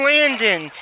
Landon